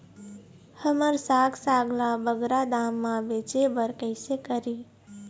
हमर साग साग ला बगरा दाम मा बेचे बर कइसे करी?